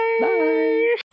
Bye